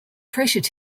pressured